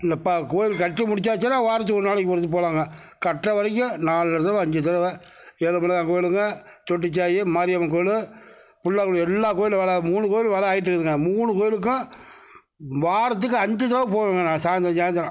இந்த இப்போ கோவில் கட்டி முடிச்சாச்சுனா வாரத்துக்கு ஒரு நாளைக்கு ஒரு ட்ரிப் போகலாங்க கட்டுற வரைக்கும் நாலு தடவை அஞ்சு தடவை ஏழுமலையான் கோவிலுங்க தொட்டிச்சாயி மாரியம்மன் கோவிலு பிள்ளையார் கோவிலு எல்லா கோவிலும் வேலை ஆகுது மூணு கோவிலும் வேலை ஆகிட்ருக்குதுங்க மூணு கோவிலுக்கும் வாரத்துக்கு அஞ்சு தடவை போவேங்க நான் சாயந்திரம் சாயந்திரம்